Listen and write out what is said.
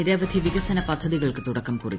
നിരവധി വികസന പദ്ധതികൾക്ക് തുടക്കം കുറിക്കും